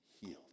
healed